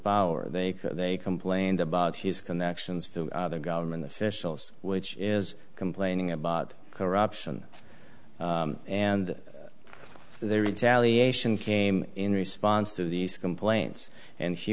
power they they complained about his connections to other government officials which is complaining about corruption and they retaliation came in response to these complaints and he